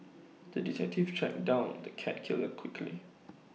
the detective tracked down the cat killer quickly